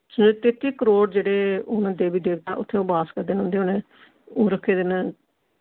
स तेती करोड़ जेह्ड़े ओह् न देवी देवता उत्थे ओह् बास करदे उंदे उ'नै ओह् रक्खे दे न